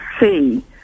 see